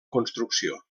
construcció